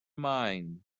mind